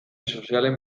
sozialen